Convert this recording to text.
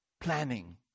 planning